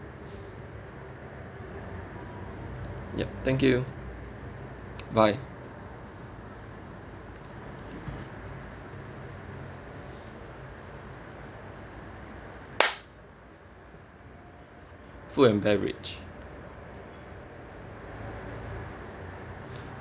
yup thank you bye food and beverage